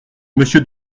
monsieur